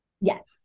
Yes